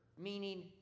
meaning